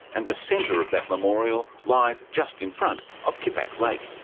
and the centre of that memorial lies just in front of kippax lake.